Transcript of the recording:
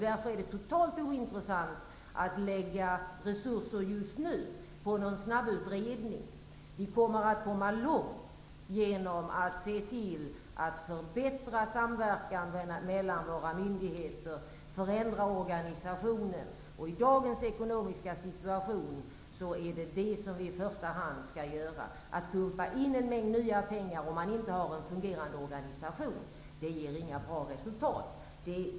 Därför är det totalt ointressant att just nu lägga resurser på en snabbutredning. Vi kommer att komma långt genom att förbättra samverkan mellan våra myndigheter och förändra organisationen. I dagens ekonomiska situation är det detta som vi i första hand skall göra. Att pumpa in en mängd nya pengar utan en fungerande organisation ger inga bra resultat.